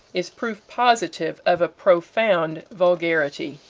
is proof positive of a profound vulgarity.